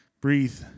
breathe